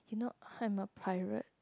you know pirate